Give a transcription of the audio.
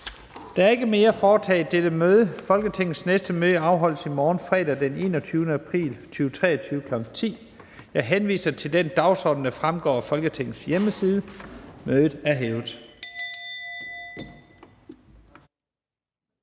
Der er ikke mere at foretage i dette møde. Folketingets næste møde afholdes i morgen, fredag den 21. april 2023, kl. 10.00. Jeg henviser til den dagsorden, der fremgår af Folketingets hjemmeside. Mødet er hævet.